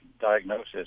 diagnosis